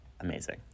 Amazing